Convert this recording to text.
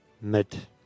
Mid